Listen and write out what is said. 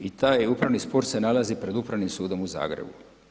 I taj upravni spor se nalazi pred Upravnim sudom u Zagrebu.